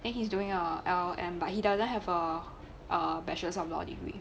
then he's doing A L M but he doesn't have a a bachelor of law degree